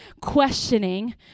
questioning